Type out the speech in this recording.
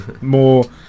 More